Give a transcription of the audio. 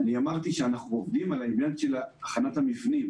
אמרתי שאנחנו עובדים על הכנת המבנים